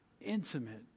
intimate